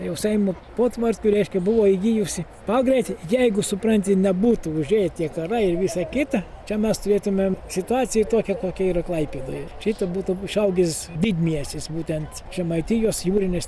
jau seimo potvarkiu reiškia buvo įgijusi pagreitį jeigu supranti nebūtų užėję tie karai ir visa kita čia mes turėtumėm situaciją tokią kokia yra klaipėdoje šito būtų išaugęs didmiestis būtent žemaitijos jūrinės